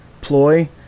ploy